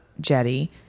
jetty